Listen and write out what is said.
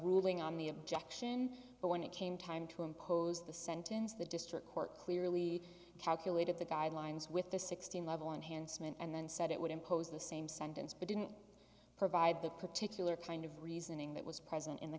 ruling on the objection but when it came time to impose the sentence the district court clearly calculated the guidelines with the sixteen level enhancement and then said it would impose the same sentence but didn't provide the particular kind of reasoning that was present in the